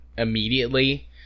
Immediately